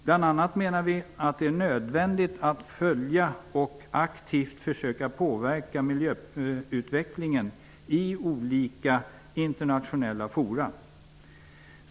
Bl.a. är det nödvändigt att följa och aktivt försöka påverka miljöutvecklingen i olika internationella forum.